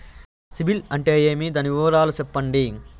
సిబిల్ అంటే ఏమి? దాని వివరాలు సెప్పండి?